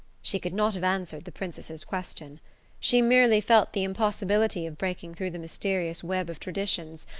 she could not have answered the princess's question she merely felt the impossibility of breaking through the mysterious web of traditions,